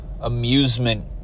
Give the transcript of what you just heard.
amusement